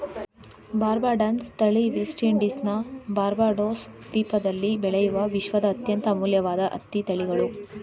ಬಾರ್ಬಡನ್ಸ್ ತಳಿ ವೆಸ್ಟ್ ಇಂಡೀಸ್ನ ಬಾರ್ಬಡೋಸ್ ದ್ವೀಪದಲ್ಲಿ ಬೆಳೆಯುವ ವಿಶ್ವದ ಅತ್ಯಂತ ಅಮೂಲ್ಯವಾದ ಹತ್ತಿ ತಳಿಗಳು